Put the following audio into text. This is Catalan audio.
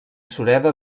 sureda